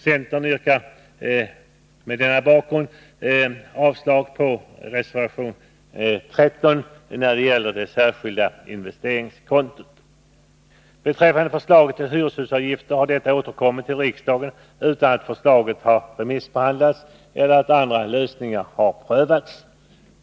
Centern yrkar mot denna bakgrund avslag på reservation 13 när det gäller det särskilda investeringskontot. Beträffande förslaget till hyreshusavgifter har detta återkommit till riksdagen utan att förslaget har remissbehandlats eller att andra lösningar har prövats.